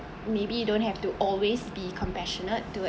maybe you don't have to always be compassionate towards